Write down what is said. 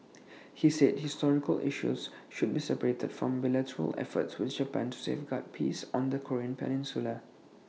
he said historical issues should be separated from bilateral efforts with Japan to safeguard peace on the Korean peninsula